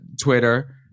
Twitter